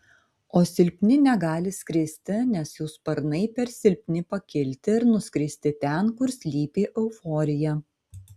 o silpni negali skristi nes jų sparnai per silpni pakilti ir nuskristi ten kur slypi euforija